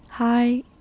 Hi